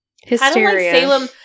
Hysteria